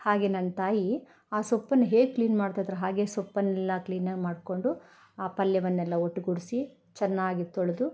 ಹಾಗೆ ನನ್ನ ತಾಯಿ ಆ ಸೊಪ್ಪನ್ನು ಹೇಗೆ ಕ್ಲೀನ್ ಮಾಡ್ತಾಯಿದ್ರು ಹಾಗೇ ಸೊಪ್ಪನ್ನೆಲ್ಲ ಕ್ಲೀನಾಗಿ ಮಾಡಿಕೊಂಡು ಆ ಪಲ್ಯವನ್ನೆಲ್ಲಒಟ್ಟುಗೂಡಿಸಿ ಚೆನ್ನಾಗಿ ತೊಳೆದು